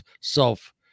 self